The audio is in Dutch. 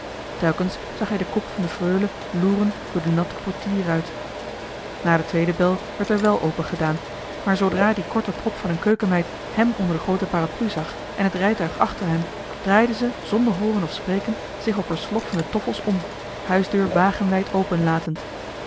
telkens zag hij de kop van de freule loeren door de natte portierruit na den tweeden bel werd er wel opengedaan maar zoodra die korte prop van een keukenmeid hem onder de groote paraplu zag en het rijtuig achter hem draaide ze zonder hooren of spreken zich op er sloffende toffels om de huisdeur wagenwijd open latend